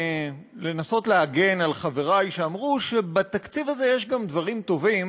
לנסות להגן על חברי שאמרו שבתקציב הזה יש גם דברים טובים,